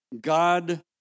God